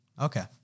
Okay